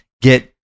get